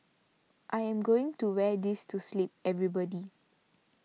I am going to wear this to sleep everybody